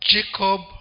Jacob